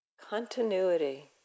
Continuity